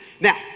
Now